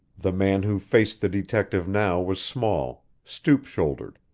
the man who faced the detective now was small, stoop-shouldered,